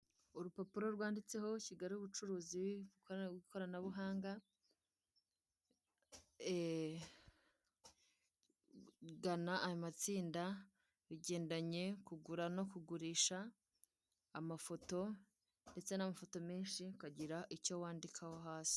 Urupapuro rwanditseho Kigali ubucuruzi bukorerwa ku ikoranabuhanga. Gana aya matsinda bigendanye kugura no kugurisha amafoto ndetse n'amafoto menshi ukagira icyo wandikaho hasi.